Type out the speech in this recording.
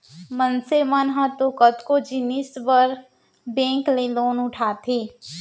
मनसे मन ह तो कतको जिनिस बर बेंक ले लोन उठाथे